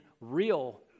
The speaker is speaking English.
real